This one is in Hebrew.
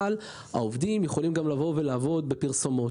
אבל העובדים יכולים גם לעבוד בפרסומות,